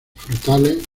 frutales